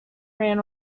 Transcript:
ran